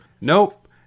nope